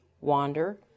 wander